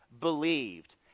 believed